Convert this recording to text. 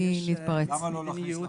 למה לא להכניס לחוק?